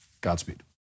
Godspeed